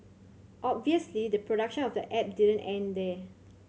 obviously the production of the app didn't end there